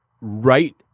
right